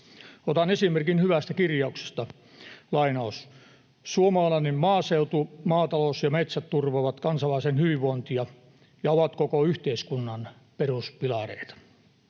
Otan esimerkin hyvästä kirjauksesta: ”Suomalainen maaseutu, maatalous ja metsät turvaavat kansalaisten hyvinvointia ja ovat koko yhteiskunnan peruspilareita.”